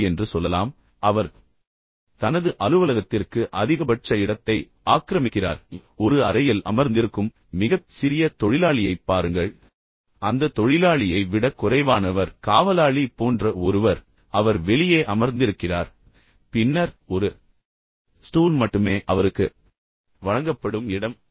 ஓ என்று சொல்லலாம் அவர் தனது அலுவலகத்திற்கு அதிகபட்ச இடத்தை ஆக்கிரமிக்கிறார் ஒரு அறையில் அமர்ந்திருக்கும் மிகக் சிறிய தொழிலாளியைப் பாருங்கள் அந்த தொழிலாளியை விடக் குறைவானவர் காவலாளி போன்ற ஒருவர் அவர் வெளியே அமர்ந்திருக்கிறார் பின்னர் ஒரு ஸ்டூல் மட்டுமே அவருக்கு வழங்கப்படும் இடம்